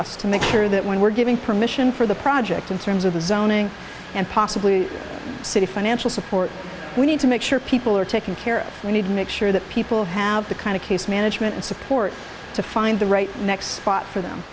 us to make sure that when we're giving permission for the project in terms of the zoning and possibly city financial support we need to make sure people are taking care we need to make sure that people have the kind of case management and support to find the right next for them